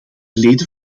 leden